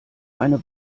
eine